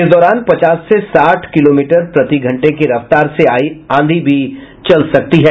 इस दौरान पचास से साठ किलोमीटर प्रतिघंटे की रफ्तार से आंधी भी चल सकती है